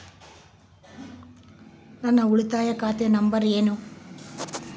ನನ್ನ ಉಳಿತಾಯ ಖಾತೆ ನಂಬರ್ ಏನು?